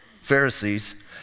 Pharisees